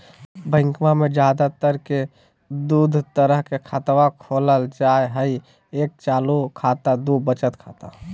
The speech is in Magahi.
बैंकवा मे ज्यादा तर के दूध तरह के खातवा खोलल जाय हई एक चालू खाता दू वचत खाता